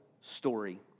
story